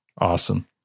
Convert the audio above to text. Awesome